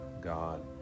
God